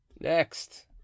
next